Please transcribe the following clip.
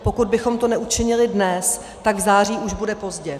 Pokud bychom to neučinili dnes, tak v září už bude pozdě.